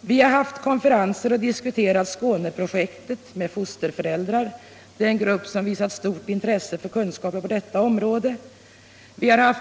Vi har haft konferenser och diskuterat Skåneprojektet med fosterföräldrar, en grupp som visat stort intresse för kunskaper på detta område.